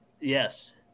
yes